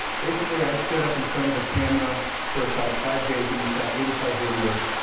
basically, i stood up in front of a camera for about five days and we shot eighty five videos,